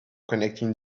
connecting